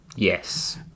Yes